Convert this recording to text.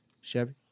Chevy